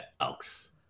Elks